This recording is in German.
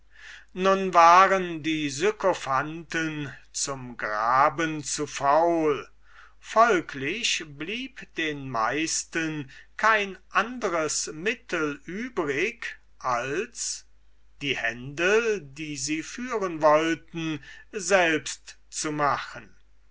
nun waren die sykophanten zum graben zu faul folglich blieb den meisten kein ander mittel übrig als die händel die sie führen wollten selbst zu machen